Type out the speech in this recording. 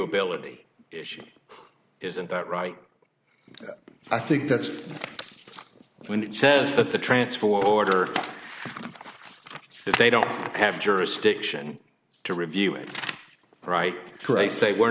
ability issue isn't that right i think that's when it says that the transformer order if they don't have jurisdiction to review it right cray say we're